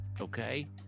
Okay